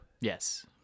Yes